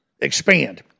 expand